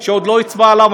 שעוד לא הצביעו עליו.